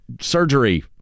surgery